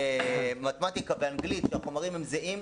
מתמטיקה ואנגלית שהחומרים הם זהים,